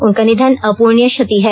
उनका निधन अपुर्णीय क्षति है